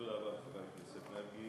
תודה רבה, חבר הכנסת מרגי.